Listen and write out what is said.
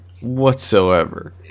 whatsoever